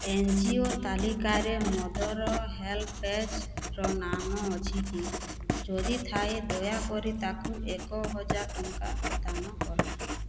N G O ତାଲିକାରେ mother ହେଲ୍ପପେଜ୍ର ନାମ ଅଛି କି ଯଦି ଥାଏ ଦୟାକରି ତାକୁ ଏକ ହଜାର ଟଙ୍କା ଦାନ କର